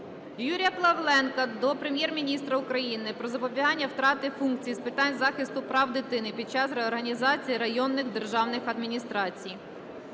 Юрія Павленка до Прем'єр-міністра України про запобігання втрати функцій з питань захисту прав дитини під час реорганізації районних державних адміністрацій.